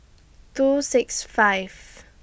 two six five